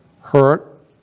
hurt